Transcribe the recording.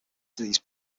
these